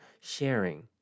sharing